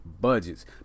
budgets